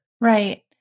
Right